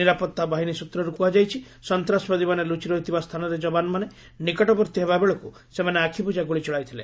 ନିରାପତ୍ତା ବାହିନୀ ସୂତ୍ରରୁ କୁହାଯାଇଛି ସନ୍ତାସବାଦୀମାନେ ଲୁଚି ରହିଥିବା ସ୍ଥାନର ଯବାନମାନେ ନିକଟବର୍ତ୍ତୀ ହେବାବେଳକୁ ସେମାନେ ଆଖିବୁଜା ଗୁଳି ଚଳାଇଥିଲେ